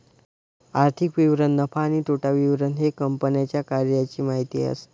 आर्थिक विवरण नफा आणि तोटा विवरण हे कंपन्यांच्या कार्याची माहिती असते